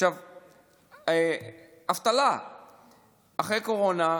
אבטלה אחרי קורונה,